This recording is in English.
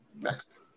Next